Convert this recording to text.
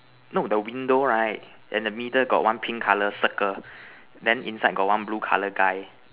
no the window right then the middle got one pink color circle then inside got one blue color guy